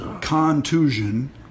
contusion